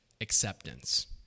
acceptance